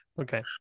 Okay